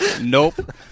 Nope